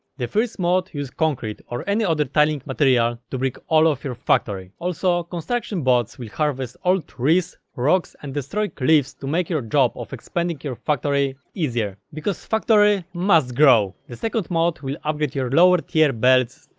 the first mod uses concrete or any other tiling material to brick all of your factory also construction bots will harvest all trees, rocks and destroy cliffs to make your job of expanding your factory easier because factory must grow! the second mod will upgrade your lower tier belts,